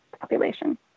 population